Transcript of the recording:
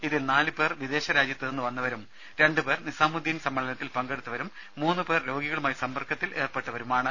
ഇതിൽ നാലുപേർ വിദേശ രാജ്യത്തുനിന്നും വന്നവരും രണ്ടുപേർ നിസാമുദ്ദീൻ സമ്മേളനത്തിൽ പങ്കെടുത്തവരും മൂന്നുപേർ രോഗികളുമായി സമ്പർക്കത്തിലേർപ്പെട്ടവരുമാണ്